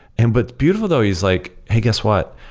and but beautiful though is like, hey, guess what?